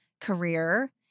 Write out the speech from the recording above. career